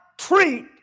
treat